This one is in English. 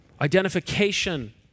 Identification